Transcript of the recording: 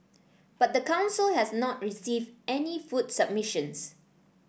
but the council has not received any food submissions